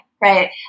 right